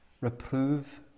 reprove